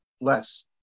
less